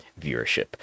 viewership